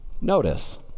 Notice